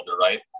right